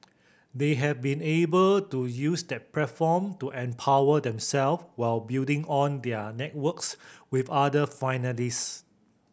they have been able to use that platform to empower themself while building on their networks with other finalist